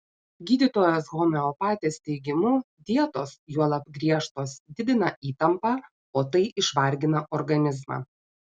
gydytojos homeopatės teigimu dietos juolab griežtos didina įtampą o tai išvargina organizmą